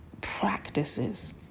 practices